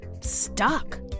stuck